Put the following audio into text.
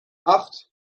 acht